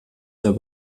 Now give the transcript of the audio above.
sehr